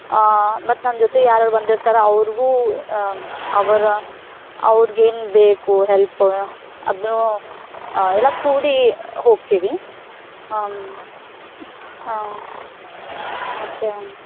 ಆಂ ಮತ್ತು ನನ್ನ ಜೊತೆ ಯಾರ್ಯಾರು ಬಂದಿರ್ತಾರೆ ಅವ್ರಿಗೂ ಅವರ ಅವ್ರ್ಗೇನು ಬೇಕು ಹೆಲ್ಪ್ ಅದನ್ನೂ ಎಲ್ಲ ಕೂಡಿ ಹೋಗ್ತೀವಿ ಹಾಂ ಮತ್ತು